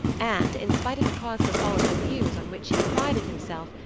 and, in spite of the cosmopolitan views on which he prided himself,